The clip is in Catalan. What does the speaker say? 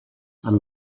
amb